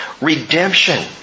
redemption